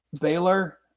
Baylor